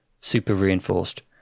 super-reinforced